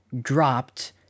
dropped